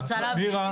רוצה להבין.